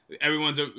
everyone's